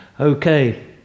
Okay